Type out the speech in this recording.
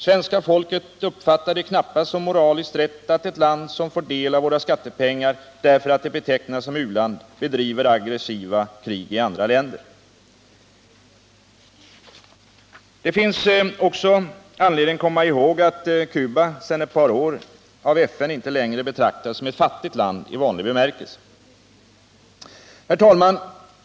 Svenska folket uppfattar det knappast som moraliskt rätt att ett land som får del av våra skattepengar därför att det betecknas som u-land bedriver aggressiva krig i andra länder. Det finns också anledning att komma ihåg att Cuba sedan ett par år av FN inte längre betraktas som ett fattigt land i vanlig bemärkelse. Herr talman!